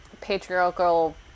patriarchal